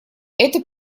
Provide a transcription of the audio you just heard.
это